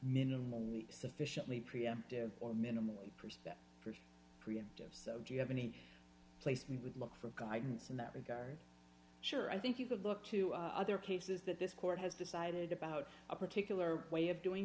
minimally sufficiently preemptive or minimally present preemptive so do you have any place we would look for guidance in that regard sure i think you could look to other cases that this court has decided about a particular way of doing